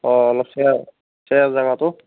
অঁ অলপ ছায়া ছায়াৰ জাগাটোত